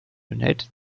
united